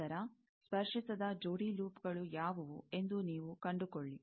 ನಂತರ ಸ್ಪರ್ಶಿಸದ ಜೋಡಿ ಲೂಪ್ಗಳು ಯಾವುವು ಎಂದು ನೀವು ಕಂಡುಕೊಳ್ಳಿ